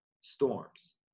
storms